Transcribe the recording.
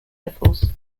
levels